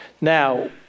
Now